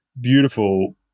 beautiful